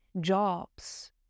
jobs